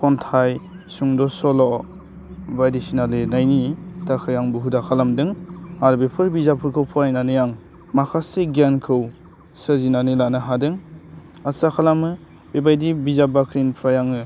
खन्थाइ सुंद' सल' बायदिसिना लिरनायनि थाखाय आंबो हुदा खालामदों आर बेफोर बिजाबफोरखौ फरायनानै आं माखासे गियानखौ सोरजिनानै लानो हादों आसा खालामो बेबायदि बिजाब बाख्रिनिफ्राय आङो